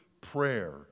prayer